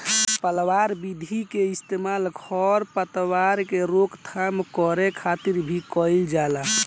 पलवार विधि के इस्तेमाल खर पतवार के रोकथाम करे खातिर भी कइल जाला